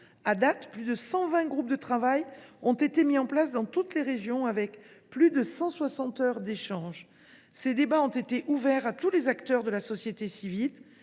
ce jour, plus de 120 groupes de travail ont été mis en place dans toutes les régions, avec plus de 160 heures d’échanges. Ces débats ont été ouverts à tous les acteurs de la société civile,